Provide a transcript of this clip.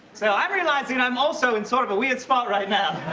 so i'm realizing i'm also in sort of a weird spot right now. oh,